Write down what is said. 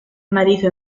marito